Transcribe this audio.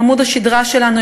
הם עמוד השדרה שלנו,